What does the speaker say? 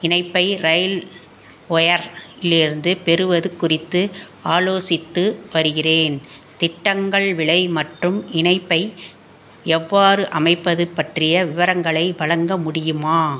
இணைப்பை ரயில் ஒயரிலியிருந்து பெறுவது குறித்து ஆலோசித்து வருகிறேன் திட்டங்கள் விலை மட்டும் இணைப்பை எவ்வாறு அமைப்பது பற்றிய விவரங்களை வழங்க முடியுமா